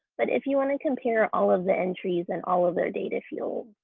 but if you want to compare all of the entries and all of their data fields,